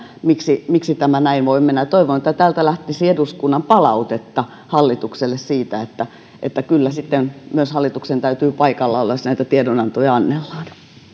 läpi miksi tämä näin voi mennä ja toivon että täältä lähtisi eduskunnan palautetta hallitukselle siitä että että kyllä sitten myös hallituksen täytyy olla paikalla jos näitä tiedonantoja annellaan